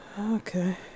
okay